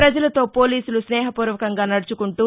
ప్రపజలతో పోలీసులు స్నేహఫూర్వకంగా నడుచుకుంటూ